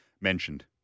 mentioned